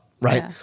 right